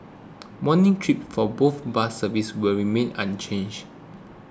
morning trips for both bus services will remain unchanged